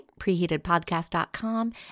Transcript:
preheatedpodcast.com